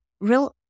real